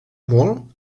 molt